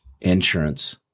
insurance